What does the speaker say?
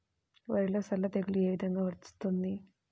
వరిలో సల్ల తెగులు ఏ విధంగా వస్తుంది?